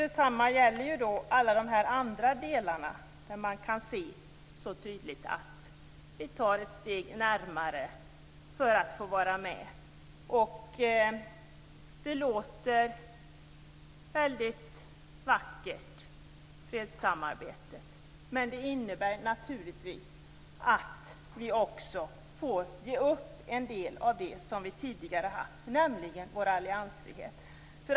Detsamma gäller alla de andra delar där man så tydligt kan se att vi tar ett steg närmare för att få vara med. Det låter väldigt vackert med fredssamarbetet. Men det innebär naturligtvis att vi också får ge upp en del av det vi tidigare haft, nämligen vår alliansfrihet.